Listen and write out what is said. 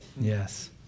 Yes